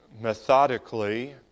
methodically